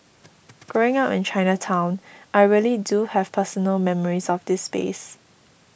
growing up in Chinatown I really do have personal memories of this space